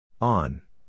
On